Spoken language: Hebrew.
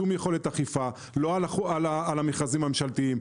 שום יכולת אכיפה - לא על המכרזים הממשלתיים,